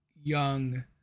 young